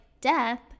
death